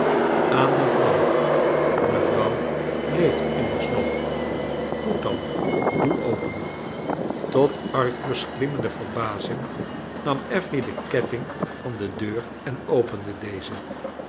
aan mevrouw mevrouw leeft immersnog goed dan doe open tot arthur's klimmende verbazing nam affery den ketting van de deur en opende deze